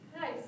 Nice